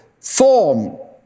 form